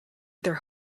their